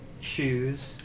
shoes